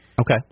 Okay